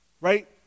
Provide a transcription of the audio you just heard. Right